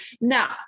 Now